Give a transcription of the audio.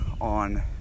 on